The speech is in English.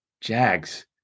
Jags